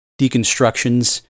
deconstructions